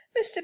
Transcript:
mr